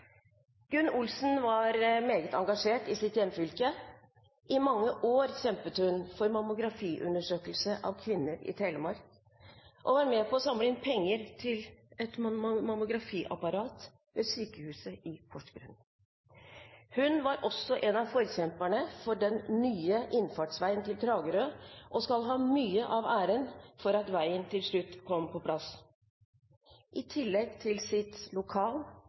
Gunn Olsen var meget engasjert i sitt hjemfylke. I mange år kjempet hun for mammografiundersøkelse av kvinner i Telemark og var med på å samle inn penger til et mammografiapparat ved sykehuset i Porsgrunn. Hun var også en av forkjemperne for den nye innfartsveien til Kragerø og skal ha mye av æren for at veien til slutt kom på plass. I tillegg til sitt lokal-